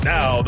Now